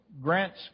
Grant's